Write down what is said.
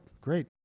great